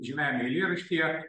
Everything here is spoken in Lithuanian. žymiajame eilėraštyje